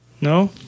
no